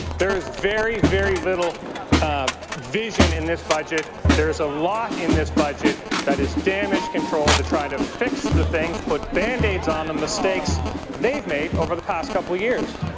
there is very, very little ah vision in this budget. there is a lot in this budget that is damage control to try fix the things, put band-aids on the mistakes they've made over the past couple of years.